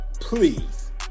Please